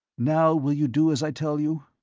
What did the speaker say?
now will you do as i tell you?